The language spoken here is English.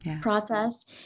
process